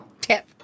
Tip